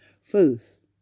First